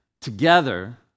together